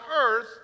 earth